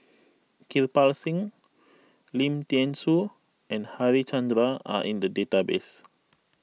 Kirpal Singh Lim thean Soo and Harichandra are in the database